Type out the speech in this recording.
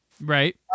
Right